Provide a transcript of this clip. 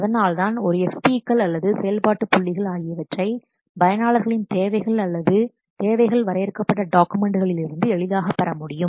அதனால்தான் ஒரு FP கள் அல்லது செயல்பாட்டு புள்ளிகள் ஆகியவற்றை பயனாளர்களின் தேவைகள் அல்லது தேவைகள் வரையறுக்கப்பட்ட டாக்குமெண்ட்களிலிருந்து எளிதாக பெற முடியும்